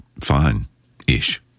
fine-ish